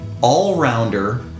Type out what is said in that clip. all-rounder